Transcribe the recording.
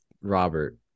Robert